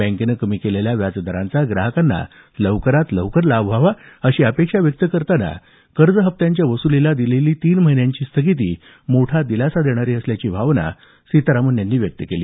बँकेनं कमी केलेल्या व्याज दराचा ग्राहकांना लवकरात लवकर लाभ व्हावा अशी अपेक्षा व्यक्त करताना कर्ज हप्त्यांच्या वसुलीला दिलेली तीन महिन्यांची स्थगिती मोठा दिलासा देणारी असल्याची भावना अर्थमंत्री सीतारामन यांनी व्यक्त केली